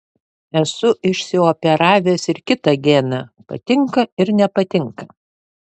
esu išsioperavęs ir kitą geną patinka ir nepatinka